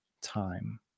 time